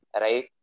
right